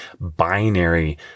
binary